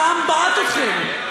והעם בעט אתכם.